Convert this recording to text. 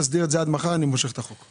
תסדיר את זה עד מחר, אז אמשוך את הצעת החוק.